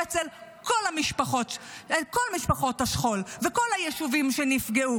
אצל כל משפחות השכול וכל היישובים שנפגעו,